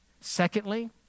Secondly